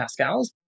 Pascals